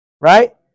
right